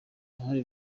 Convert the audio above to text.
uruhare